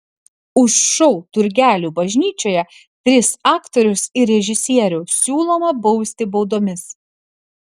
už šou turgelių bažnyčioje tris aktorius ir režisierių siūloma bausti baudomis